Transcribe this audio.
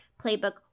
Playbook